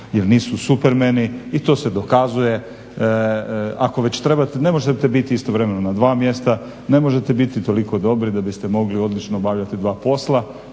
jer nisu supermeni i to se dokazuje. Ne možete biti istovremeno na dva mjesta, ne možete biti toliko dobri da biste mogli odlično obavljati dva posla,